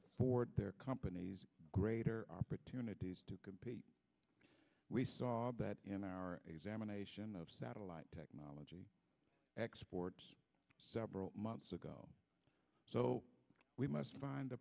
are for their companies greater opportunities to compete we saw that in our examination of satellite technology exports several months ago so we must find